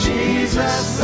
Jesus